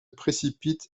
précipite